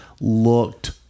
looked